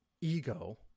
ego